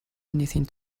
anything